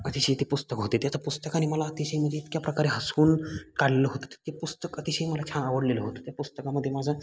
अतिशय ते पुस्तक होते ते आता पुस्तकाने मला अतिशय म्हणजे इतक्या प्रकारे हसवून काढलेलं होतं तर ते पुस्तक अतिशय मला छान आवडलेलं होतं त्या पुस्तकामध्ये माझं